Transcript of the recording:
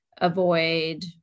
avoid